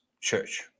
church